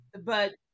But-